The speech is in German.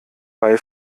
bei